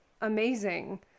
amazing